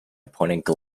appointed